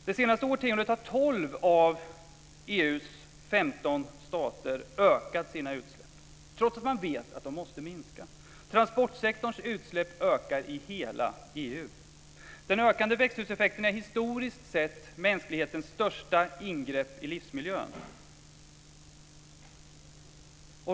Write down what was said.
Det senaste årtiondet har tolv av EU:s femton stater ökat sina utsläpp, trots att man vet att de måste minska. Transportsektorns utsläpp ökar i hela EU. Den ökande växthuseffekten är historiskt sett mänsklighetens största ingrepp i livsmiljön.